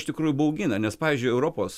iš tikrųjų baugina nes pavyzdžiui europos